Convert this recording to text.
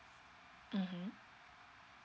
(uh huh)